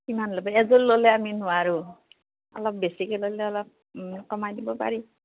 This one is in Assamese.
কিমান ল'ব এজোৰ ল'লে আমি নোৱাৰো অলপ বেছিকে ল'লে অলপ কমাই দিব পাৰি